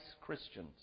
Christians